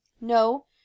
No